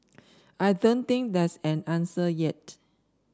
I don't think there's an answer yet